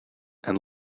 and